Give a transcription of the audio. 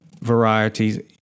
varieties